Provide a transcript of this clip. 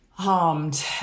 harmed